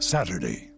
Saturday